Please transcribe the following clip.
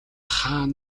хаана